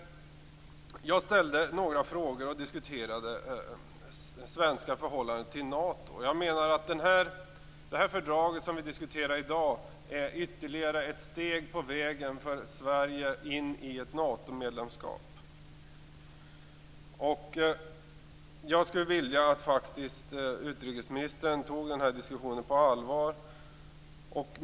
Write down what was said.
Jag ställde några frågor och diskuterade det svenska förhållandet till Nato. Jag menar att det fördrag som vi diskuterar i dag är ytterligare ett steg på vägen för Sverige in i ett Natomedlemskap. Jag skulle faktiskt vilja att utrikesministern tog den här diskussionen på allvar.